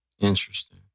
Interesting